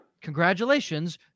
Congratulations